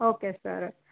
okay sir